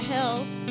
Hills